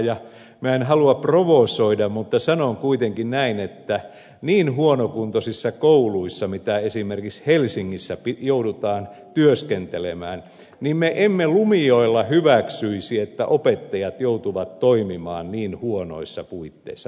minä en halua provosoida mutta sanon kuitenkin näin että niin huonokuntoisia kouluja joissa esimerkiksi helsingissä joudutaan työskentelemään me emme lumijoella hyväksyisi kun opettajat joutuvat toimimaan niin huonoissa puitteissa